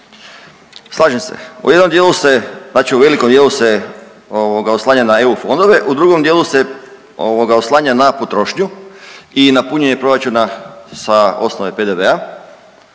Slažem se, u jednom dijelu se, znači u velikom dijelu se ovoga oslanja na eu fondove, u drugom dijelu se ovoga oslanja na potrošnju i na punjenje proračuna sa osnove PDV-a.